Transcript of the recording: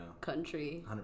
country